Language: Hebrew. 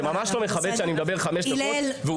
זה ממש לא מכבד שאני מדבר חמש דקות והוא